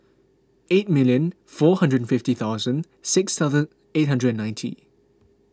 eight million four hundred fifty thousand six thousand eight hundred and ninety